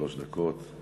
שלוש דקות.